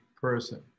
person